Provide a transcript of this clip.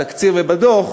בתקציר ובדוח,